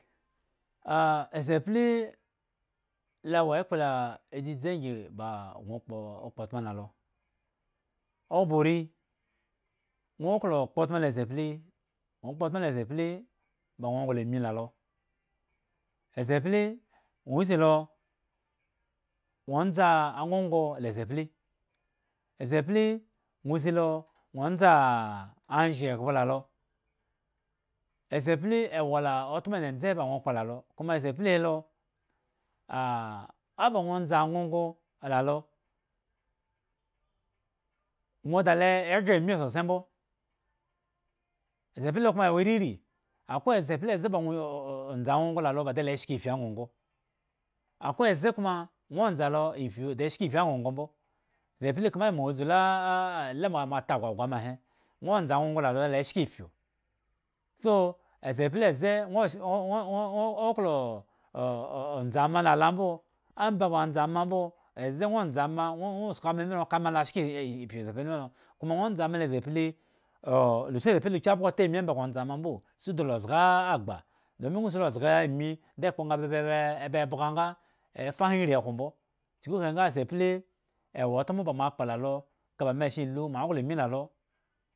esapli la wo ekolaa dzi dzi nyi baa go kpo o kpo atmo kala alo abo ri nwo klo kpo otmo la sapli nwo kpo otmo la sapli ba nwo nglomi la lo sapli nwo si lo nwo ndza agon ngon la sapli sapli nwo si lo onzaa anzho eghba la lo sapli ewo la otmo ndze ndze ba kpo la alo kuma sapli he lo aba nwo ndza ngongo ala lo nwo da le e gre mi sosai mbo, saplilo kuma wo riri akwai sapli eze nwo ndza angongo la lo le shka ifppi angongo akwai eze kuma nwo ndza lo izpui de shka ifpi angongo mbo sapla kama ema zulaa aa mo ta gwagwa ma he ndza angongo la lo le shka ifpi so sapli eze nwo nwo oo ndza ama la lombo amba ma ndza ama mbo eze nwo ndza ama mbo nwo ka ama shka ifpi sapli mi lo kuma nwo ndza ama la sapli o lo si sapli oo si sapli chi abgo ta ami omba go ndza mboo si do lo zga agba domin nwo lo zga ami te kpo nga ebebe bga nga efa han ri khwo mbo chuku ekahe nga sapli ewo otmo ba ma kpo la lo kaba shen lu ma nglo ami la lo.